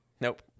Nope